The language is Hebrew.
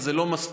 אבל זה לא מספיק,